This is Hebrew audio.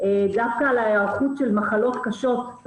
דווקא על ההיערכות של מחלות קשות,